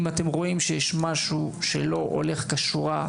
אם אתם רואים שיש משהו שלא הולך כשורה,